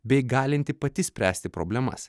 bei galinti pati spręsti problemas